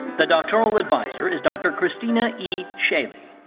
the doctoral adviser is dr. christina e. shalley.